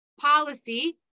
policy